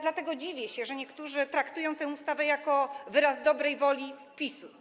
Dlatego dziwię się, że niektórzy traktują tę ustawę jako wyraz dobrej woli PiS-u.